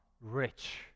rich